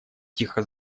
тихо